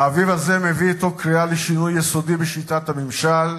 האביב הזה מביא אתו קריאה לשינוי יסודי בשיטת הממשל,